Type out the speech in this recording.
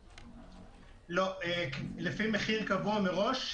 לא, לפי מחיר קבוע מראש,